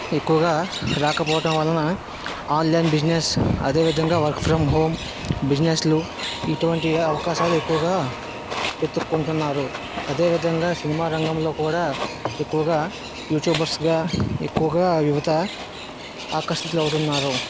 ఎక్కువగా రాకపోవటం వలన ఆన్లైన్ బిజినెస్ అదేవిధంగా వర్క్ ఫ్రమ్ హోమ్ బిజినెస్లు ఇటువంటి అవకాశాలు ఎక్కువగా వెతుక్కుంటున్నారు అదేవిధంగా సినిమా రంగంలో కూడా ఎక్కువగా యూట్యూబర్స్గా ఎక్కువగా యువత ఆకర్షితులు అవుతున్నారు